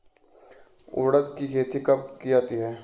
उड़द की खेती कब की जाती है?